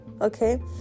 okay